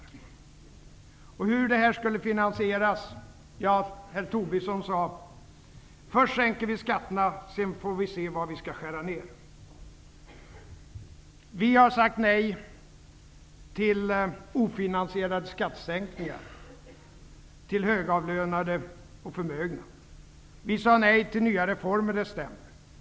På frågan hur de skulle finansieras svarade herr Tobisson: Först sänker vi skatterna, sedan får vi se var vi skall skära ner. Vi har sagt nej till ofinansierade skattesänknigar till högavlönade och förmögna. Vi sade nej till nya reformer.